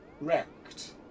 wrecked